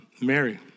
Mary